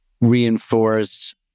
reinforce